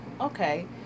okay